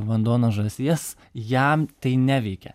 vanduo nuo žąsies jam tai neveikia